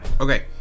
Okay